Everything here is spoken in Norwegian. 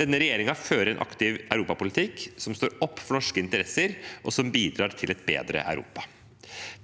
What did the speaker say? Denne regjeringen fører en aktiv europapolitikk som står opp for norske interesser, og som bidrar til et bedre Europa.